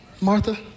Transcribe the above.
Martha